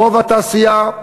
רוב התעשייה,